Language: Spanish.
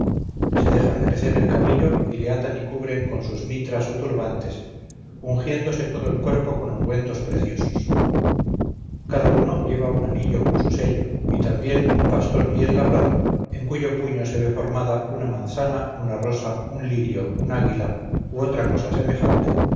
se dejan crecer el cabello y le atan y cubren con sus mitras o turbantes ungiéndose todo el cuerpo con ungüentos preciosos cada uno lleva un anillo con su sello y también un bastón bien labrado en cuyo puño se ve formada una manzana una rosa un lirio un águila u otra cosa semejante